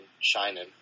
shining